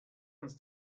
uns